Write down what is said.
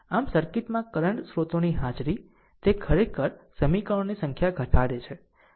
આમ સર્કિટમાં કરંટ સ્રોતોની હાજરી તે ખરેખર સમીકરણોની સંખ્યા ઘટાડે છે